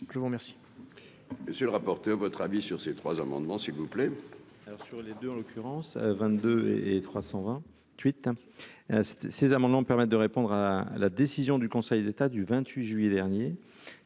je vous remercie.